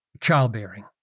childbearing